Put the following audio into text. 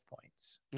points